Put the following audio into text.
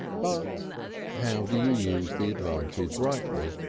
but how do you use the advantage rightly?